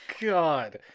God